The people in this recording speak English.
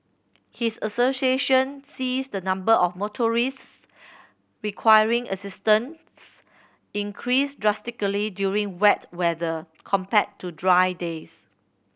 his association sees the number of motorists requiring assistance increase drastically during wet weather compared to dry days